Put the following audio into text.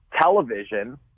television